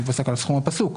הוא פסק על הסכום הפסוק,